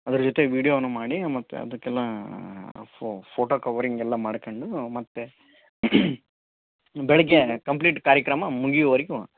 ಅದ್ರ ಜೊತೆಗೆ ವಿಡಿಯೋನು ಮಾಡಿ ಮತ್ತೆ ಅದಕ್ಕೆಲ್ಲ ಫೋಟೋ ಕವರಿಂಗ್ ಎಲ್ಲ ಮಾಡ್ಕೊಂಡು ಮತ್ತೆ ಬೆಳಿಗ್ಗೆ ಕಂಪ್ಲೀಟ್ ಕಾರ್ಯಕ್ರಮ ಮುಗಿಯುವರೆಗು